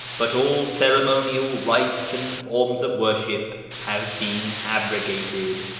but all ceremonial rites and forms of worship have been abrogated,